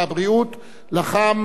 לחם יצחק גלנטי,